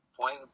point